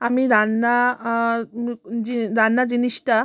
আমি রান্না জি রান্না জিনিসটা